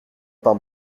pain